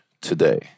today